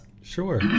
Sure